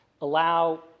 allow